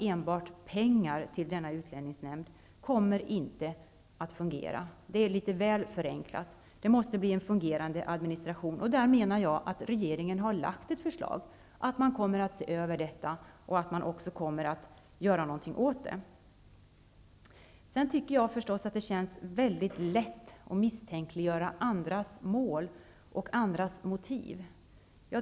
Enbart pengar till utlänningsnämnden kommer inte att innebära att det hela fungerar. Det är ett litet väl förenklat resonemang. Det måste ju till en fungerande administration, och regeringen har ju lagt fram ett förslag i det avseendet. Man kommer att se över dessa frågor, och man kommer också att vidta åtgärder. Det är väldigt lätt att misstänkliggöra andras mål och motiv.